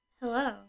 Hello